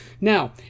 Now